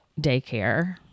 daycare